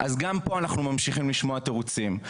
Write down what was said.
גם כאן אנחנו ממשיכים לשמוע תירוצים.